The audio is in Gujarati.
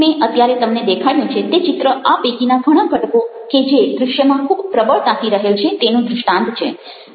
મેં અત્યારે તમને દેખાડયું છે તે ચિત્ર આ પૈકીના ઘણા ઘટકો કે જે દ્રશ્યમાં ખૂબ પ્રબળતાથી રહેલા છે તેનું દ્રષ્ટાંત છે